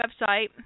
website